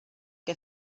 que